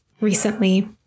recently